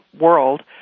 world